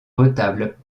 retable